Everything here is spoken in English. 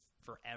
forever